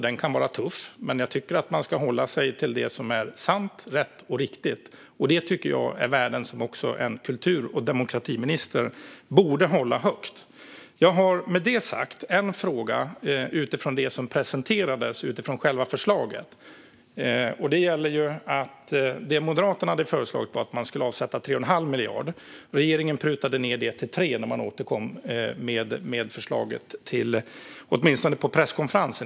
Den kan vara tuff, men jag tycker att man ska hålla sig till det som är sant, rätt och riktigt, och det tycker jag är värden som också en kultur och demokratiminister borde hålla högt. Jag har med detta sagt en fråga utifrån det som presenterades gällande själva förslaget. Moderaterna hade föreslagit att man skulle avsätta 3 1⁄2 miljard, och regeringen prutade ned det till 3 miljarder, åtminstone på presskonferensen.